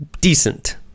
decent